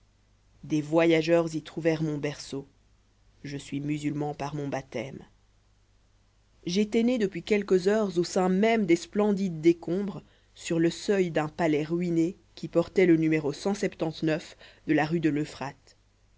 des voyageurs y trouvèrent mon berceau je suis musulman par mon baptême j'étais né depuis quelques heures au sein même des splendides décombres sur le seuil d'un palais ruiné qui portait le n de la rue de l'euphrate